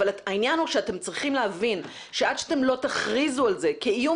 העניין הוא שאתם צריכים להבין שעד שאתם לא תכריזו על זה כאיום